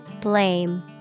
Blame